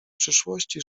przyszłości